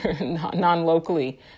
non-locally